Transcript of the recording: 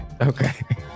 Okay